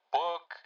book